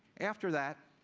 after that,